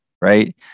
right